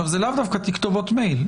זה לאו דווקא תכתובות מייל.